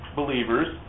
believers